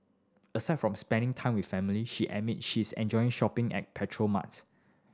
aside from spending time with family she admits she enjoys shopping at petrol marts